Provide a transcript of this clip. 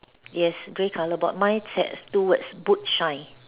yes gray colour board mine has two words boot shine